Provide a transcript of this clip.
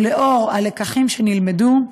ולאור הלקחים שנלמדו,